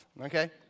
okay